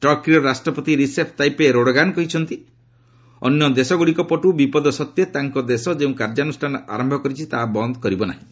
ଟର୍କୀର ରାଷ୍ଟ୍ରପତି Recep Tayyip Erdogan କହିଛନ୍ତି ଅନ୍ୟ ଦେଶଗୁଡ଼ିକ ପଟୁ ବିପଦ ସତ୍ତ୍ୱେ ତାଙ୍କ ଦେଶ ଯେଉଁ କାର୍ଯ୍ୟାନୁଷ୍ଠାନ ଆରମ୍ଭ କରିଛି ତାହା ବନ୍ଦ ହେବ ନାହିଁ